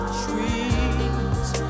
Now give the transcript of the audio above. trees